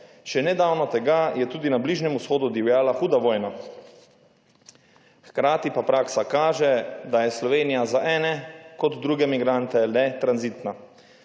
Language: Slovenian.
še nedavno tega je tudi na Bližnjem vzhodu divjala huda vojna. Hkrati pa praksa kaže, da je Slovenija za ene kot druge migrante le tranzitna.